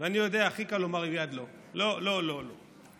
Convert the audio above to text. אני יודע, הכי קל לומר מייד: לא, לא, לא.